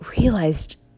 realized